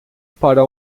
para